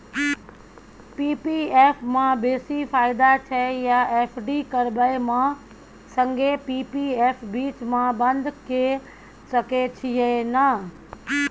P P F म बेसी फायदा छै या एफ.डी करबै म संगे पी.पी एफ बीच म बन्द के सके छियै न?